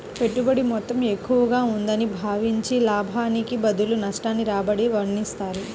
పెట్టుబడి మొత్తం ఎక్కువగా ఉందని భావించి, లాభానికి బదులు నష్టాన్ని రాబడిగా వర్ణిస్తారు